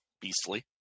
beastly